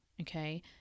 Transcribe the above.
okay